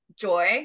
joy